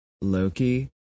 Loki